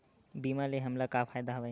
बीमा ले हमला का फ़ायदा हवय?